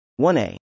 1a